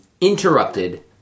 Interrupted